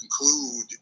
conclude